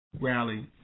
rally